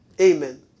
Amen